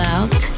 Out